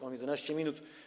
Mam 11 minut.